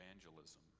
evangelism